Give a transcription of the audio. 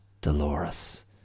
Dolores